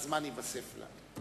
הזמן ייווסף לה.